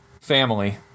family